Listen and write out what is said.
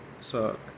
suck